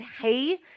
Hey